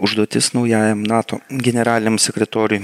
užduotis naujajam nato generaliniam sekretoriui